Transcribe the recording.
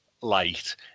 light